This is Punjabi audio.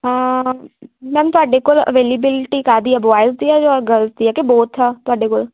ਮੈਮ ਤੁਹਾਡੇ ਕੋਲ ਅਵੇਲੇਬਿਲਟੀ ਕਾਹਦੀ ਆ ਬੋਆਇਜ਼ ਦੀ ਜਾਂ ਗਰਲਸ ਦੀ ਆ ਕਿ ਬੋਥ ਆ ਤੁਹਾਡੇ ਕੋਲ